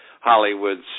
Hollywood's